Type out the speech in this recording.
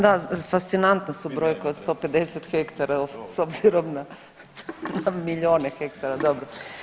Da, fascinantne su brojke od 150 hektara s obzirom na miljone hektara, dobro.